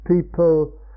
people